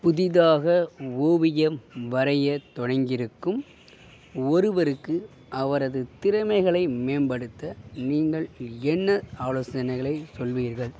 புதிதாக ஓவியம் வரைய தொடங்கிருக்கும் ஒருவருக்கு அவரது திறமைகளை மேம்படுத்த நீங்கள் என்ன ஆலோசனைகளை சொல்வீர்கள்